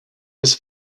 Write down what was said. was